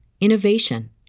innovation